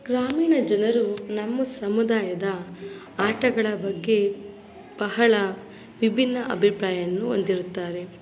ಗ್ರಾಮೀಣ ಜನರು ನಮ್ಮ ಸಮುದಾಯದ ಆಟಗಳ ಬಗ್ಗೆ ಬಹಳ ವಿಭಿನ್ನ ಅಭಿಪ್ರಾಯನ್ನು ಹೊಂದಿರುತ್ತಾರೆ